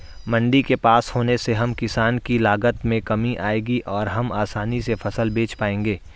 मंडी के पास होने से हम किसान की लागत में कमी आएगी और हम आसानी से फसल बेच पाएंगे